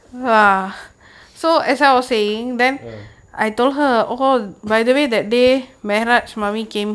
ah